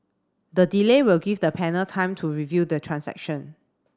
the delay will give the panel time to review the transaction